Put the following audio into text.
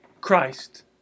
Christ